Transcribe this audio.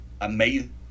amazing